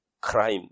crime